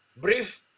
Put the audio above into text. brief